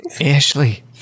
Ashley